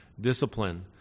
discipline